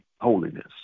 holiness